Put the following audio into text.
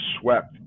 swept